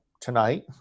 tonight